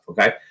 Okay